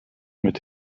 mit